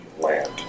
land